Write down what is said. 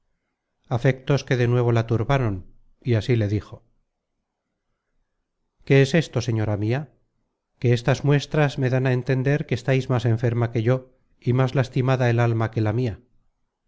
afectos que de nuevo la turbaron y así le dijo qué es esto señora mia que estas muestras me dan á entender que estáis más enferma que yo y más lastimada el alma que la mia